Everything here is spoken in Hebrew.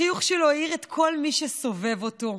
החיוך שלו האיר את כל מי שסובב אותו,